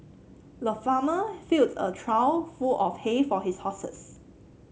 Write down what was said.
the farmer filled a trough full of hay for his horses